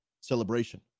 celebration